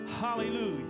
Hallelujah